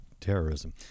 terrorism